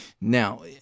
Now